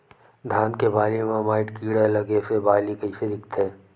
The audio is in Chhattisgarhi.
धान के बालि म माईट कीड़ा लगे से बालि कइसे दिखथे?